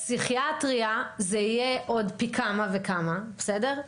בפסיכיאטריה, זה יהיה עוד פי כמה וכמה, בסדר?